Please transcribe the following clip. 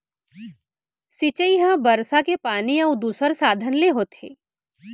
सिंचई ह बरसा के पानी अउ दूसर साधन ले होथे